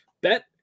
bet